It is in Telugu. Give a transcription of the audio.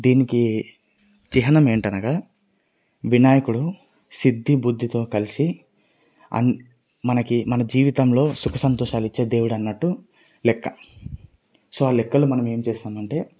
దీనికి చిహ్నం ఏంటి అనగా వినాయకుడు సిద్ధి బుద్ధితో కలిసి మనకి మన జీవితంలో సుఖసంతోషాలు ఇచ్చే దేవుడన్నట్టు లెక్క సో ఆ లెక్కలో మనము ఏం చేస్తామంటే